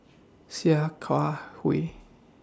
Sia Kah Hui